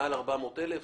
מעל 400,000 תושבים.